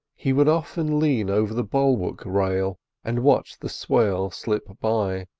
he would often lean over the bulwark rail and watch the swell slip by,